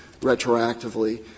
retroactively